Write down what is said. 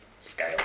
scale